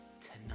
Tonight